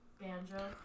Banjo